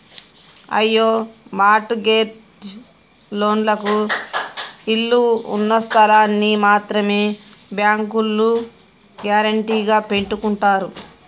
అయ్యో mortgage లోన్లకు ఇళ్ళు ఉన్నస్థలాల్ని మాత్రమే బ్యాంకోల్లు గ్యారెంటీగా పెట్టుకుంటారు